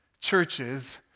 churches